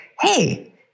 hey